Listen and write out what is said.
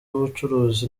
w’ubucuruzi